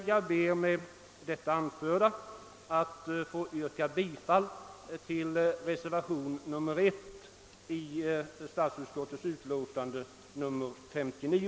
Jag ber med det anförda att få yrka bifall till reservationen 1 till statsutskottets utlåtande nr 59.